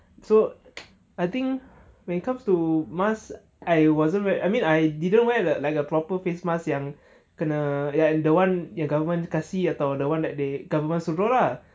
so I think when it comes to mask I wasn't very I mean I didn't wear a like a proper face mask yang kena and the one the government kasih atau the one that they government suruh lah